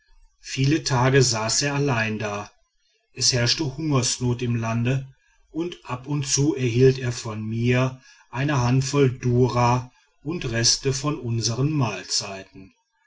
viele tage saß er allein da es herrschte hungersnot im lande und ab und zu erhielt er von mir eine handvoll durra und reste von unsern mahlzeiten